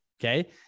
okay